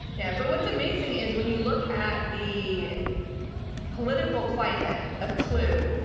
yeah, but what's amazing is when you look at the political climate of clue.